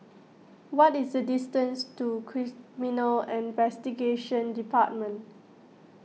what is the distance to Criminal Investigation Department